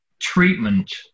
Treatment